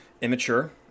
immature